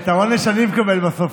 את העונש אני מקבל בסוף,